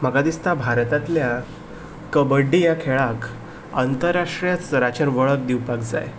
म्हाका दिसता भारतांतल्या कबड्डी ह्या खेळाक अंतरराष्ट्रीय स्तराचेर वळख दिवपाक जाय